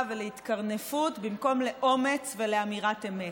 ולהתקרנפות במקום לאומץ ולאמירת אמת.